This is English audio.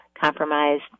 compromised